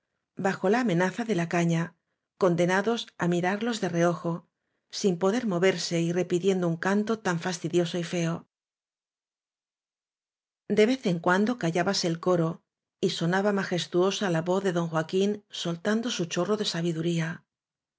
bajo la amenaza de la caña condenados á mirarlos de reojo sin poder moverse y repitiendo un canto tan fastidioso y feo de vez en cuando callábase el coro y so naba majestuosa la voz de don joaquín soltan do su chorro de sabiduría